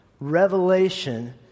revelation